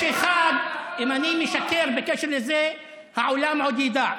יש אחד, אם אני משקר בקשר לזה, העולם עוד ידע,